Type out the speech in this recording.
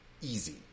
easy